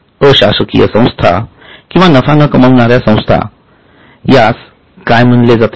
अशासकीय संस्था किंवा नफा न कामविणाऱ्या संस्थांमध्ये यास काय म्हणले जाते